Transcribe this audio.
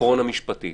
קורונה משפטית.